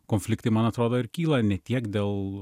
konfliktai man atrodo ir kyla ne tiek dėl